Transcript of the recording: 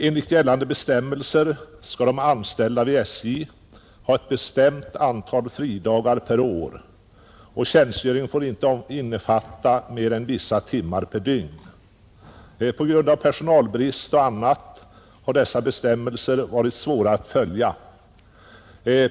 Enligt gällande bestämmelser skall de anställda vid SJ ha ett bestämt antal fridagar per år, och tjänstgöringen får inte omfatta mer än vissa timmar per dygn. På grund av bl.a. personalbrist har dessa bestämmelser emellertid varit svåra att följa.